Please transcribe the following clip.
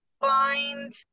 find